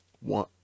One